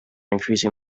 increasing